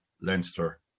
Leinster